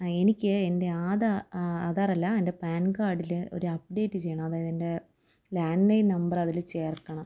എനിക്ക് എൻ്റെ ആധാർ അല്ല എൻ്റെ പാൻ കാർഡില് ഒരു അപ്ഡേറ്റ് ചെയ്യണം അതായതെൻ്റെ ലാൻഡ്ലൈൻ നമ്പര് അതില് ചേർക്കണം